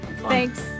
Thanks